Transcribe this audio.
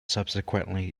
subsequently